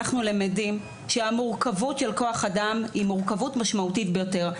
אנחנו למדים שהמורכבות של כוח האדם היא מורכבת משמעותית ביותר.